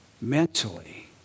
mentally